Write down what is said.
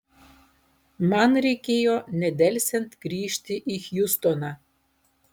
man reikėjo nedelsiant grįžti į hjustoną